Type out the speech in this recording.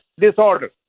Disorder